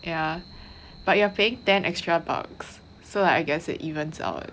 yeah but you are paying ten extra bucks so I guess it evens out